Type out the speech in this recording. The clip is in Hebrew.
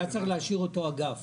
היה צריך להשאיר אותו אגף.